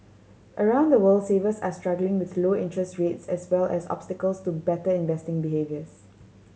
around the world savers are struggling with low interest rates as well as obstacles to better investing behaviours